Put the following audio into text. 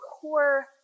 core